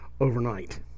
overnight